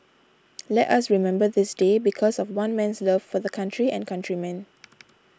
let us remember this day because of one man's love for the country and countrymen